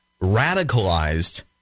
radicalized